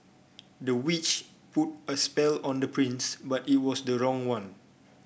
the witch put a spell on the prince but it was the wrong one